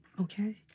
Okay